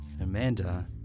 Amanda